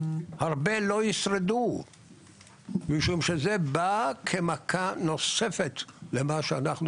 הרבה לא ישרדו משום שזה בא כמכה נוספת למה שאנחנו